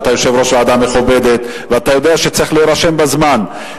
ואתה יושב-ראש ועדה מכובדת ואתה יודע שצריך להירשם בזמן.